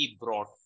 brought